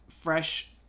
fresh